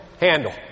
handle